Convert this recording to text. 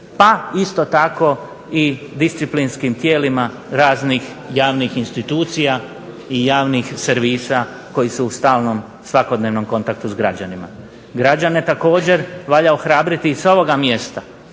pa isto tako i disciplinskim tijelima javnih institucija i javnih servisa koji su u stalnom svakodnevnom kontaktu s građanima. Građane također valja ohrabriti sa ovoga mjesta,